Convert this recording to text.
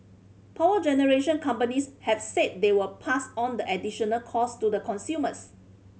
power generation companies have said they will pass on the additional cost to consumers